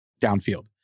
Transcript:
downfield